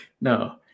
No